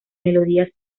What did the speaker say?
melodías